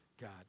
God